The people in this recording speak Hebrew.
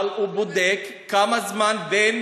אבל הוא בודק כמה זמן בין